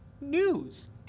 news